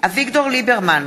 אביגדור ליברמן,